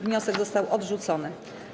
Wniosek został odrzucony.